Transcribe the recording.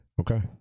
Okay